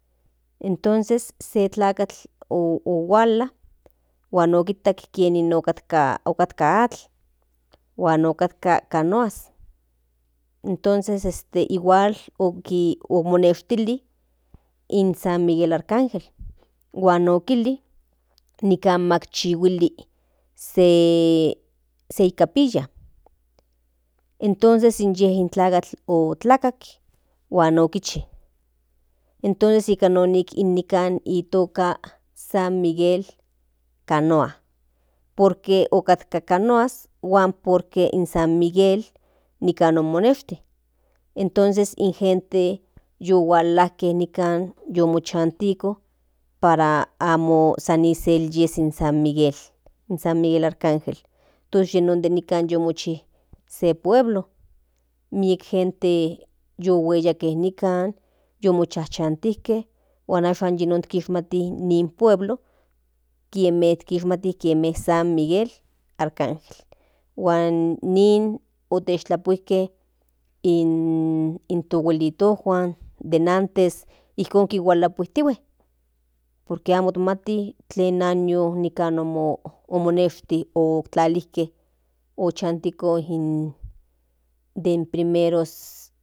Entonces se tlakatl ohuala huan okijtak kienin otkatka atl huan otkatka canoas entonces este igual omoneshtili in san miguel arcanjel nikan chihuili se capilla entonces ye in tlakatl otlaka huan okichi entonces nika non itoka san miguel canoa por que okatka canoas huan por que san miguel nikan omoneshti entonces in gente yu hualajke nikan yu mochantiko para amo san izel yes in san miguel arcanjel tos yi non nikan yu mochi se pueblo miek gente yi hueyajke nikan yu mochachantijke huan ahsan yi non kishmati nin pueblo kieme kishmati in san miguel arcange huan nin otechtlapuijke in to buelitojuan den antes ijkon tlapupuijtihuen por que amo mati tlen año nikan omoneshti o tlalijke ochantiko den primeros.